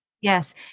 yes